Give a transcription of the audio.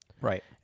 right